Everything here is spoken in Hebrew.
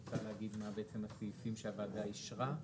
את רוצה להגיד מה בעצם הסעיפים שהוועדה אישרה?